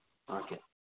okay